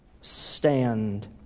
stand